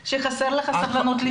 כאילו חסרה לך הסבלנות לשמוע.